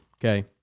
okay